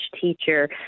teacher